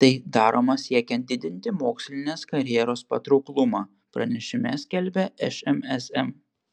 tai daroma siekiant didinti mokslinės karjeros patrauklumą pranešime skelbia šmsm